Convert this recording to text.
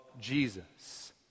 Jesus